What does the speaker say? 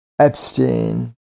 Epstein